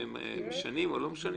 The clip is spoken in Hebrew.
אם הם משנים או לא משנים